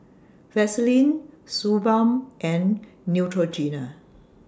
Vaselin Suu Balm and Neutrogena